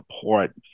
support